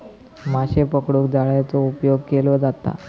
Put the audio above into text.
माशे पकडूक जाळ्याचा उपयोग केलो जाता